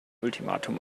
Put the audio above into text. ultimatum